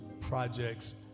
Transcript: projects